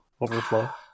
overflow